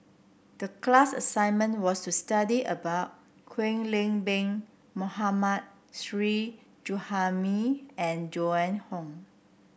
the class assignment was to study about Kwek Leng Beng Mohammad Shri Suhaimi and Joan Hon